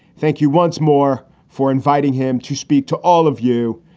thank you once more for inviting him to speak to all of you.